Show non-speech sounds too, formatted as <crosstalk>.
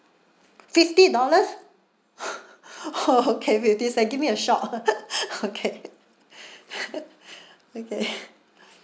fifty dollar <laughs> oh okay fifty cent give me a shock <laughs> okay <laughs> okay